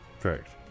Correct